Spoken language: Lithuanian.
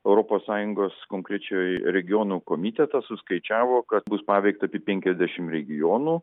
europos sąjungos konkrečiai regionų komitetas suskaičiavo kad bus paveikta apie penkiasdešim regionų